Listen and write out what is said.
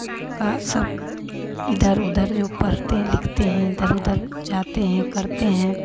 का सब इधर उधर जो पढ़ते लिखते हैं इधर उधर जाते हैं करते हैं